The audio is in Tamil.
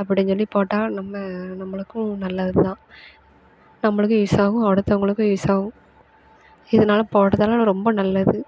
அப்படின்னு சொல்லி போட்டால் நம்ம நம்மளுக்கும் நல்லது தான் நம்மளுக்கும் யூஸ் ஆகும் அடுத்தவுங்களுக்கும் யூஸ் ஆகும் இதனால போடுறதால ரொம்ப நல்லது